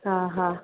हा हा